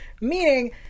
Meaning